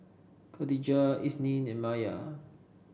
Katijah Isnin and Maya